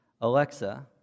Alexa